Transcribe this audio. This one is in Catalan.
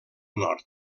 nord